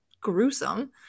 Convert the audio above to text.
gruesome